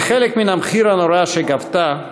כחלק מהמחיר הנורא שגבתה,